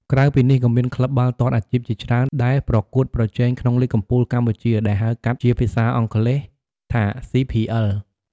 ក្រៅពីនេះ ក៏មានក្លឹបបាល់ទាត់អាជីពជាច្រើនដែលប្រកួតប្រជែងក្នុងលីគកំពូលកម្ពុជា ដែលហៅកាត់ជាភាសាអង់គ្លេសថា CPL។